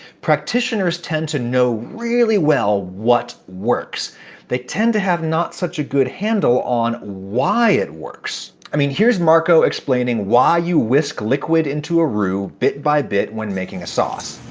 practitioners tend to know really well what works they tend to have not such a good handle on why it works. i mean, here's marco explaining why you whisk liquid into a roux bit-by-bit when making a sauce.